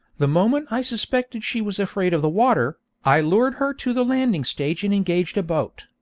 the moment i suspected she was afraid of the water, i lured her to the landing-stage and engaged a boat.